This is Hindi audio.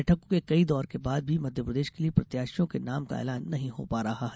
बैठकों के कई दौर के बाद भी मध्य प्रदेश के लिए प्रत्याशियों के नाम का एलान नहीं हो पा रहा है